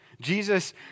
Jesus